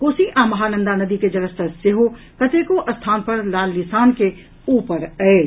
कोसी आ महानंदा नदी के जलस्तर सेहो कतेको स्थान पर लाल निशान के ऊपर अछि